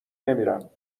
نمیرم